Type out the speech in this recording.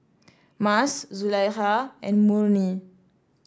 Mas Zulaikha and Murni